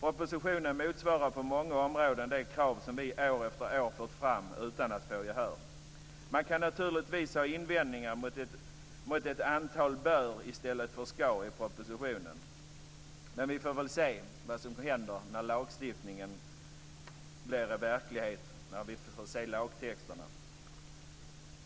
Propositionen motsvarar på många områden de krav som vi år efter år fört fram utan att få gehör. Man kan naturligtvis ha invändningar mot att regeringen använt ett antal "bör" i stället för "ska" i propositionen, men vi får se vad som hänt när vi får lagtexterna.